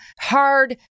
hard